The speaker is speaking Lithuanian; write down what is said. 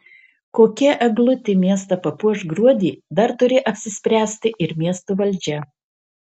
kokia eglutė miestą papuoš gruodį dar turi apsispręsti ir miesto valdžia